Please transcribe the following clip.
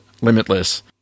limitless